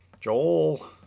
Joel